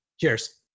Cheers